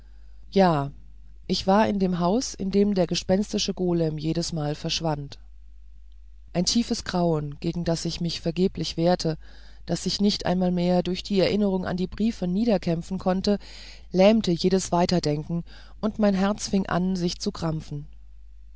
ja ich war in dem haus in dem der gespenstische golem jedesmal verschwand ein tiefes grauen gegen das ich mich vergeblich wehrte das ich nicht einmal mehr durch die erinnerung an die briefe niederkämpfen konnte lähmte jedes weiterdenken und mein herz fing an sich zu